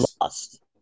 lost